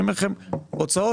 אני אומר לכם: הוצאות,